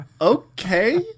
Okay